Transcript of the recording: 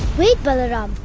wait, balaram!